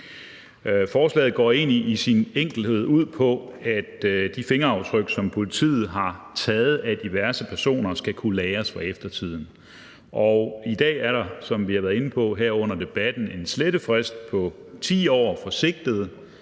Forslaget går egentlig i al sin enkelthed ud på, at de fingeraftryk, som politiet har taget af diverse personer, skal kunne lagres for eftertiden. I dag er der, som vi har været inde på her under debatten, en slettefrist på 10 år for sigtede,